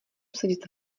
sedět